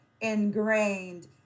ingrained